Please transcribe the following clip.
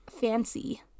fancy